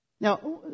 Now